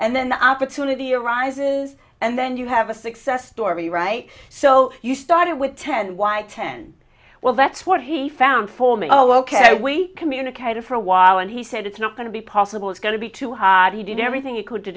and then the opportunity arises and then you have a success story right so you started with ten y ten well that's what he found for me oh ok we communicated for a while and he said it's not going to be possible it's going to be too hot he did everything he could to